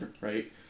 right